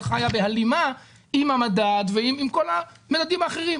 חיה בהלימה עם המדד ועם כל המדדים האחרים,